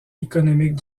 économique